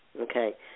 Okay